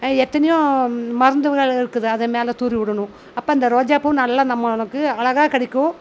எத்தனையோ மருந்துகள் இருக்குது அது மேலே தூவி விடணும் அப்போ அந்த ரோஜாப்பூ நல்லா நம்மளுக்கு அழகா கிடைக்கும்